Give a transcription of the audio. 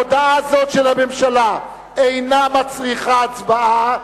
הודעה זאת של הממשלה אינה מצריכה הצבעה,